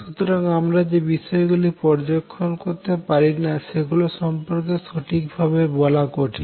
সুতরাং আমরা যে বিষয়গুলি পর্যবেক্ষণ করতে পারি না সেগুলি সম্পর্কে সঠিক ভাবে বলা কঠিন